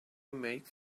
make